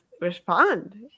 respond